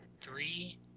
Three